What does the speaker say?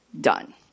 done